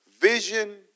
Vision